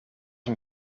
een